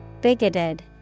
Bigoted